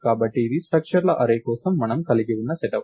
కాబట్టి ఇది స్ట్రక్చర్ ల అర్రే కోసం మనము కలిగి ఉన్న సెటప్